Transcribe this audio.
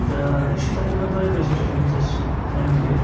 تہٕ یہِ چھُ تقریٖباً دۄیہِ بَجہِ حٕظ تھٔومٕژ اَسہِ اَمیُک یہِ